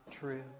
true